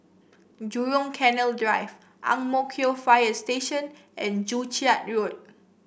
Jurong Canal Drive Ang Mo Kio Fire Station and Joo Chiat Road